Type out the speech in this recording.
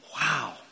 wow